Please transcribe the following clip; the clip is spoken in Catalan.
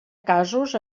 casos